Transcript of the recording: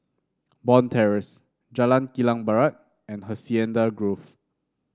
Bond Terrace Jalan Kilang Barat and Hacienda Grove